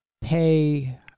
pay